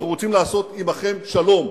אנחנו רוצים לעשות עמכם שלום.